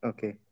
Okay